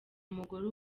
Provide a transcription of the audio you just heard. umugore